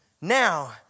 Now